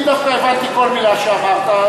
אני דווקא הבנתי כל מילה שאמרת,